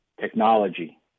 technology